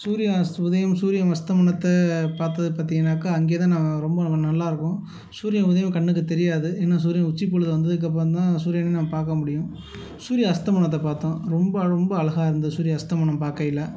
சூரியன் அஸ்த உதயம் சூரியன் அஸ்தமனத்தை பார்த்தது பார்த்திங்கனாக்கா அங்கே தான் நான் ரொம்ப வந்து நல்லாயிருக்கும் சூரியன் உதயம் கண்ணுக்கு தெரியாது ஏன்னா சூரியன் உச்சி பொழுது வந்ததுக்கப்பறந்தான் சூரியனை நாம் பார்க்க முடியும் சூரிய அஸ்தமனத்தை பார்த்தோம் ரொம்ப ரொம்ப அழகா இருந்தது சூரிய அஸ்தமனம் பார்க்கையில